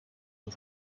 een